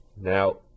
Now